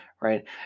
right